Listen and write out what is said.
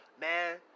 Man